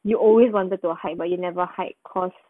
you always wanted to hide but you never hide cause